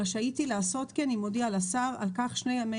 רשאית היא לעשות כן אם הודיעה לשר על כך שני ימי